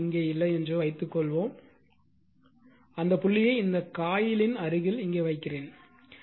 dot இங்கே இல்லை என்று வைத்துக்கொள்வோம் அந்த புள்ளியை இந்த காயிலின் அருகில் இங்கே வைக்கிறேன்